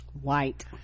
white